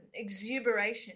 exuberation